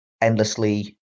endlessly